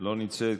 לא נמצאת,